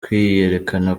kwiyerekana